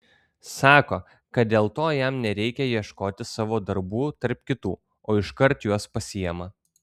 sako kad dėl to jam nereikią ieškoti savo darbų tarp kitų o iškart juos pasiima